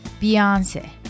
Beyonce